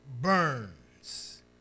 burns